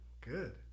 Good